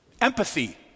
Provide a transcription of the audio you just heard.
empathy